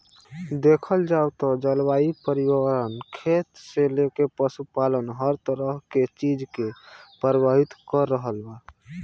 देखल जाव त जलवायु परिवर्तन खेती से लेके पशुपालन हर तरह के चीज के प्रभावित कर रहल बा